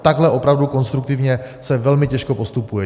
Takhle opravdu konstruktivně se velmi těžko postupuje.